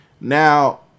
Now